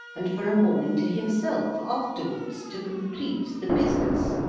and for a morning to himself afterwards, to complete the business,